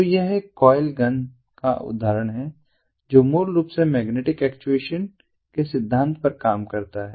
तो यह एक कॉइल गन का एक उदाहरण है जो मूल रूप से मैग्नेटिक एक्चुएशन के सिद्धांत पर काम करता है